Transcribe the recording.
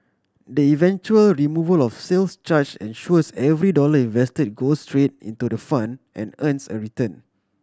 the eventual removal of sales charge ensures every dollar invested goes straight into the fund and earns a return